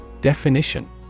Definition